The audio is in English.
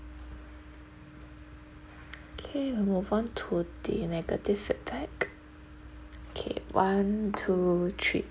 okay we move on to the negative feedback okay one two three